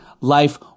life